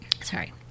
Sorry